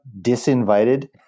disinvited